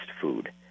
food